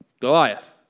Goliath